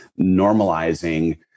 normalizing